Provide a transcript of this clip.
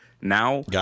Now